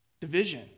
Division